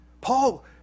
Paul